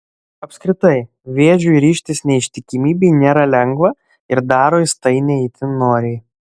apskritai vėžiui ryžtis neištikimybei nėra lengva ir daro jis tai ne itin noriai